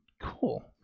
cool